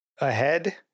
ahead